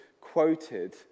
quoted